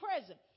present